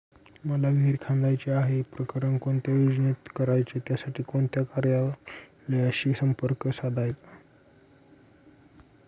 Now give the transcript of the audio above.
मला विहिर खणायची आहे, प्रकरण कोणत्या योजनेत करायचे त्यासाठी कोणत्या कार्यालयाशी संपर्क साधायचा?